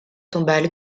tombale